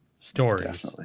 stories